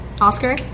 Oscar